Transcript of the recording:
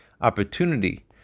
opportunity